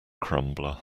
crumbler